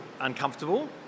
uncomfortable